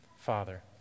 Father